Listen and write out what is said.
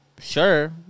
sure